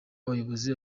abayobozi